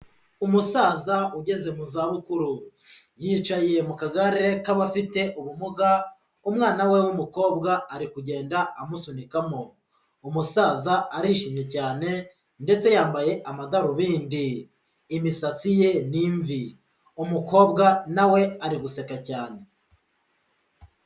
Umusaza ugeze mu zabukuru, yicaye mu kagare k'abafite ubumuga, umwana we w'umukobwa, ari kugenda amusunikamo. Umusaza arishimye cyane, ndetse yambaye amadarubindi, imisatsi ye ni imvi, umukobwa na we ari guseka cyane.